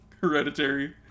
Hereditary